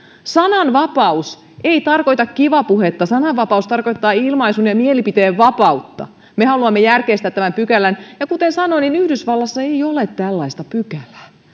sananvapaus ei tarkoita kivapuhetta sananvapaus tarkoittaa ilmaisun ja mielipiteen vapautta me haluamme järkeistää tämän pykälän ja kuten sanoin yhdysvalloissa ei ole tällaista pykälää